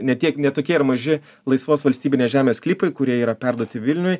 ne tiek ne tokie ir maži laisvos valstybinės žemės sklypai kurie yra perduoti vilniui